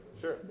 Sure